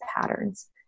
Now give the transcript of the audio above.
patterns